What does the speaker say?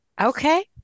okay